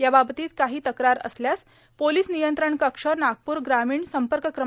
याबाबतीत काही तक्रार असल्यास पोलीस नियंत्रण कक्ष नागपूर ग्रामीण संपर्क क्र